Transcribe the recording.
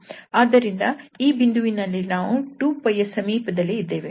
ಆದ್ದರಿಂದ ಈ ಬಿಂದುವಿನಲ್ಲಿ ನಾವು 2𝜋 ನ ಸಮೀಪದಲ್ಲಿ ಇದ್ದೇವೆ